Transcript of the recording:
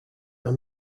are